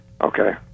okay